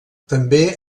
també